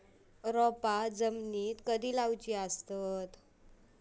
रोपे जमिनीमदि कधी लाऊची लागता?